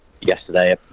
yesterday